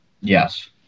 Yes